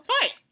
fight